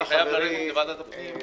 אני חייב ללכת לוועדת הפנים.